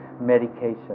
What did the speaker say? medication